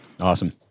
Awesome